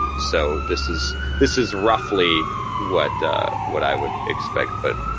so this is this is roughly what what i would expect, but.